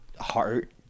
heart